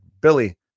Billy